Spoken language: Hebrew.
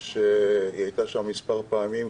היא הייתה שם מספר פעמים.